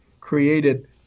created